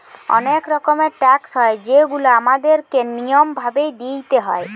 অনেক রকমের ট্যাক্স হয় যেগুলা আমাদের কে নিয়ম ভাবে দিইতে হয়